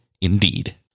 indeed